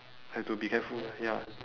have to be careful lah ya